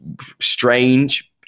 strange